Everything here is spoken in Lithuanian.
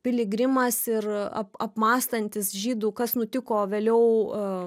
piligrimas ir ap apmąstantis žydų kas nutiko vėliau